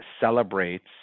celebrates